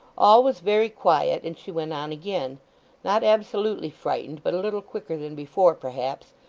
all was very quiet, and she went on again not absolutely frightened, but a little quicker than before perhaps,